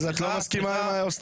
אז את לא מסכימה עם אוסטרליה,